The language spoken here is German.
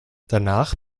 danach